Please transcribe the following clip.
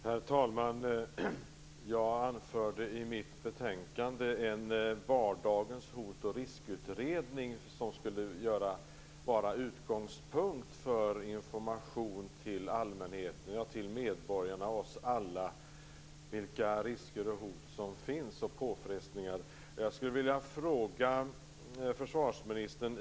Herr talman! I min reservation påtalade jag behovet av en vardagens hot och riskutredning, som skulle vara utgångspunkt för information till medborgarna, oss alla, om vilka risker, hot och påfrestningar som finns.